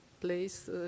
place